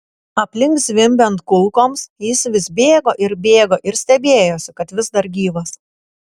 aplink zvimbiant kulkoms jis vis bėgo ir bėgo ir stebėjosi kad vis dar gyvas